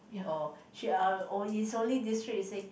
oh she uh oh it's only this trip she said